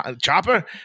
chopper